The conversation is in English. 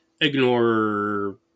ignore